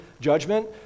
judgment